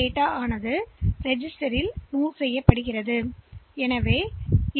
இங்கே அது வந்துவிட்டது பிறகு எனவே அது உடனடியாகஏற்றப்படும் பதிவேட்டில்